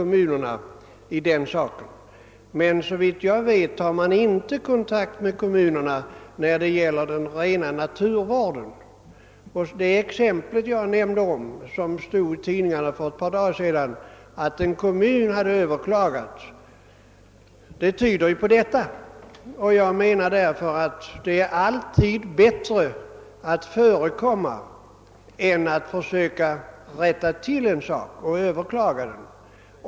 Men såvitt jag vet tar man inte kontakt med kommunerna när det gäller den egentliga naturvården. Det exempel jag nämnde, som stod i tidningarna för ett par år sedan, då en kommun överklagade, tyder på detta. Jag menar att det alltid är bättre att förekomma än att tvingas rätta till en sak genom att överklaga.